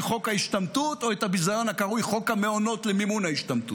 "חוק ההשתמטות" או את הביזיון הקרוי "חוק המעונות למימון ההשתמטות".